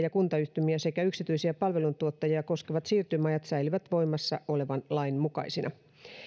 ja kuntayhtymiä sekä yksityisiä palveluntuottajia koskevat siirtymäajat säilyvät voimassa olevan lain mukaisina